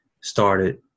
started